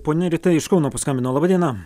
ponia rita iš kauno paskambino laba diena